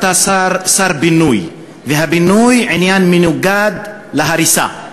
אתה שר בינוי, והבינוי הוא עניין מנוגד להריסה.